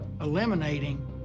eliminating